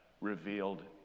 revealed